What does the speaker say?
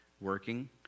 working